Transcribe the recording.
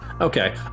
Okay